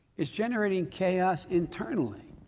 it's generating chaos internally.